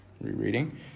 rereading